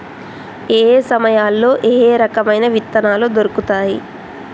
ఏయే సమయాల్లో ఏయే రకమైన విత్తనాలు దొరుకుతాయి?